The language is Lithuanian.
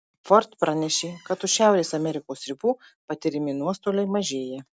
ford pranešė kad už šiaurės amerikos ribų patiriami nuostoliai mažėja